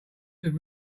have